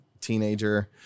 teenager